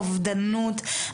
אובדנות,